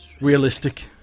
realistic